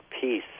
peace